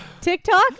TikTok